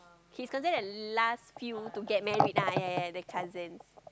he's considered the last few to get married lah yea yea the cousin